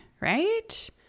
right